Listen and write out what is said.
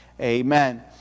Amen